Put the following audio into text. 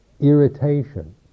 irritation